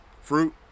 fruit